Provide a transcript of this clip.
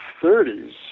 30s